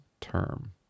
term